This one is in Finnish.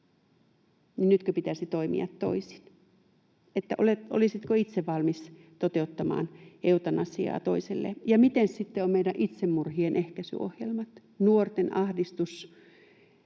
nytkö pitäisi toimia toisin. Olisitko itse valmis toteuttamaan eutanasiaa toiselle? Ja miten sitten on meidän itsemurhien ehkäisyohjelmat, nuorten ahdistus,